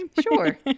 sure